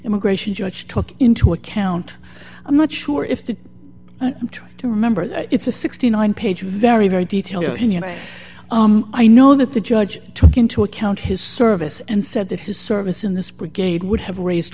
immigration judge took into account i'm not sure if that i'm trying to remember that it's a sixty nine page very very detail you know i know that the judge took into account his service and said that his service in this brigade would have raised